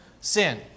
sin